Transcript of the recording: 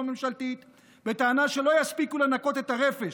ממשלתית בטענה שלא יספיקו לנקות את הרפש.